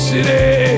City